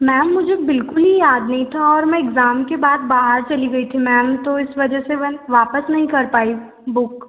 ma'am मुझे बिल्कुल ही याद नहीं था और मैं इक्ज़ाम के बाद बाहर चली गई थी मैम तो इस वजह से मैं वापस नही कर पाई बुक